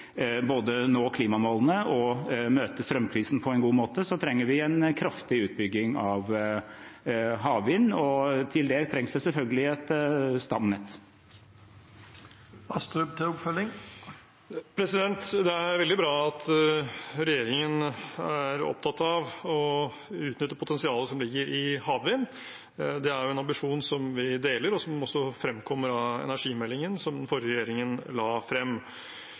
både nå klimamålene og møte strømkrisen på en god måte, trenger vi en kraftig utbygging av havvind, og til det trengs det selvfølgelig et stamnett. Det er veldig bra at regjeringen er opptatt av å utnytte potensialet som ligger i havvind. Det er en ambisjon vi deler, og som også fremkommer av energimeldingen som den forrige regjeringen la frem.